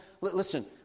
listen